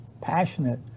passionate